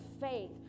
faith